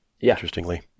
interestingly